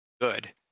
good